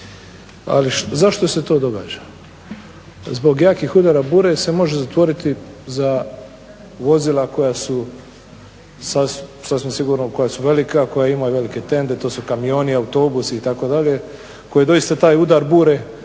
Ali zašto se to događa? Zbog jakih udara bure se može zatvoriti za vozila koja su, sasvim sigurno koja su velika, koja imaju velike tende. To su kamioni, autobusi itd. koji doista taj udar bure